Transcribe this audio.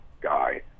guy